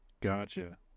Gotcha